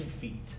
feet